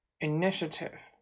initiative